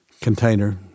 container